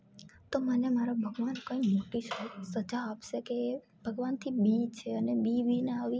તો મને મારો ભગવાન કંઈ મોટી સજા આપશે કે ભગવાનથી બી છે અને બી વિના આવી